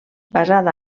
basada